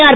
R